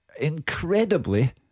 Incredibly